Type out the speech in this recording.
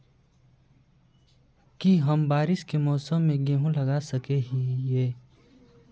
की हम बारिश के मौसम में गेंहू लगा सके हिए?